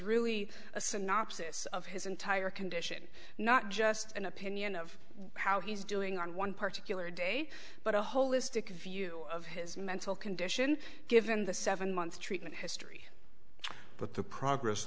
really a synopsis of his entire condition not just an opinion of how he's doing on one particular day but a holistic view of his mental condition given the seven month treatment history but the progress